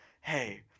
hey